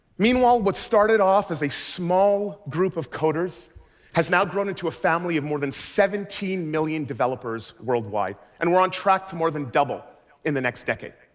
meanwhile what started off as a small group of coders has now grown into a family of more than seventeen million developers worldwide. and we're on track to more than double in the next decade.